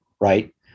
right